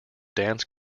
dance